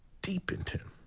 deepened him,